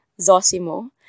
Zosimo